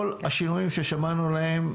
כל השינויים ששמענו עליהם,